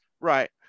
right